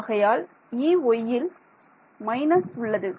ஆகையால் Eyயில் மைனஸ் உள்ளது